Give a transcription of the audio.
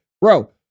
bro